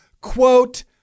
quote